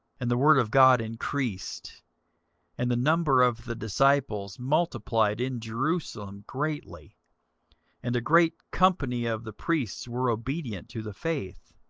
and the word of god increased and the number of the disciples multiplied in jerusalem greatly and a great company of the priests were obedient to the faith.